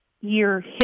year